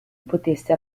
potesse